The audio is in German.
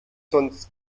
sonst